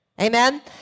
Amen